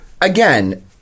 again